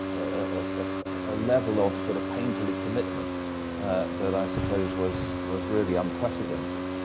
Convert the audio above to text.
ah ah level of sort of painterly commitment that i suppose was was really unprecedented.